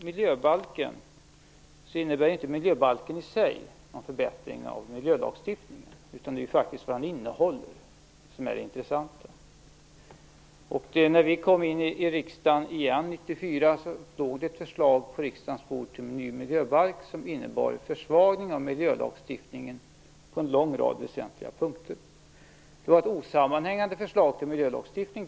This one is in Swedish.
Miljöbalken i sig innebär inte någon förbättring av miljölagstiftningen, utan det är innehållet som är det intressanta. Då vi kom in i riksdagen igen 1994 låg på riksdagens bord ett förslag om en ny miljöbalk som innebar en försvagning av miljölagstiftningen på en lång rad väsentliga punkter. Det var dessutom ett osammanhängande förslag till miljölagstiftning.